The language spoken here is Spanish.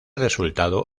resultado